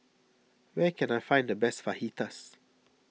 where can I find the best Fajitas